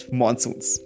monsoons